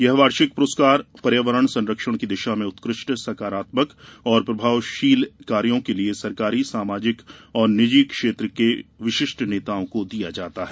यह वार्षिक पुरस्कार पर्यावरण संरक्षण की दिशा में उत्कृष्ट संकारात्मक और प्रभावशाली कार्यों के लिए सरकारी सामाजिक और निजी क्षेत्र के विशिष्ट नेताओं को दिया जाता है